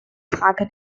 frage